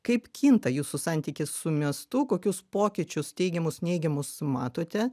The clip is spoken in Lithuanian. kaip kinta jūsų santykis su miestu kokius pokyčius teigiamus neigiamus matote